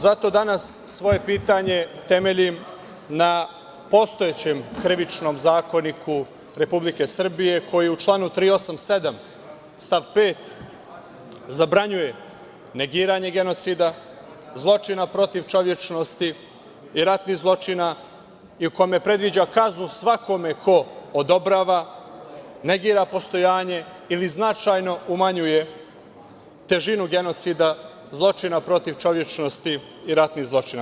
Zato danas svoje pitanje temeljim na postojećem Krivičnom zakoniku Republike Srbije, koji u članu 387. stav 5. zabranjuje negiranje genocida, zločina protiv čovečnosti i ratnih zločina i u kome predviđa kaznu svakome ko odobrava, negira postojanje ili značajno umanjuje težinu genocida zločina protiv čovečnosti i ratnih zločina.